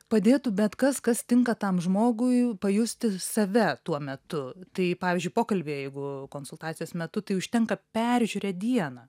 padėtų bet kas kas tinka tam žmogui pajusti save tuo metu tai pavyzdžiui pokalbyje jeigu konsultacijos metu tai užtenka peržiūrėt dieną